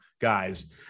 guys